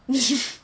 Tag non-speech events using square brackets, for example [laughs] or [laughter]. [laughs]